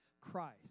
Christ